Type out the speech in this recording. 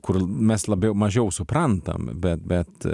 kur mes labiau mažiau suprantam bet bet